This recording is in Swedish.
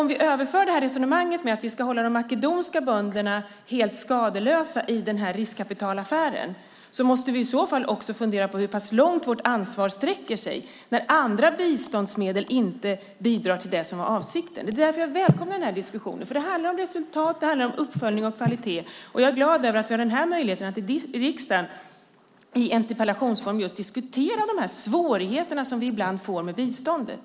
Om vi överför det här resonemanget, att vi ska hålla de makedonska bönderna helt skadeslösa i den här riskkapitalaffären, måste vi också fundera på hur pass långt vårt ansvar sträcker sig när andra biståndsmedel inte bidrar till det som var avsikten. Det är därför jag välkomnar den här diskussionen. Det handlar om resultat. Det handlar om uppföljning och kvalitet. Jag är glad över att vi har möjlighet att i riksdagen i interpellationsform just diskutera de svårigheter som vi ibland får med biståndet.